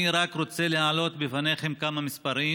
אני רק רוצה להעלות בפניכם כמה מספרים